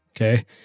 okay